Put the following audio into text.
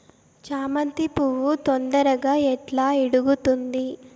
చామంతి పువ్వు తొందరగా ఎట్లా ఇడుగుతుంది?